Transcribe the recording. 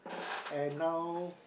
and now